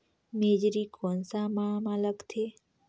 मेझरी कोन सा माह मां लगथे